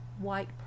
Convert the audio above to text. white